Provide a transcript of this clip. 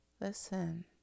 listen